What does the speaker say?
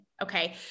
Okay